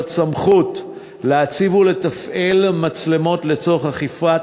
סמכות להציב ולתפעל מצלמות לצורך אכיפת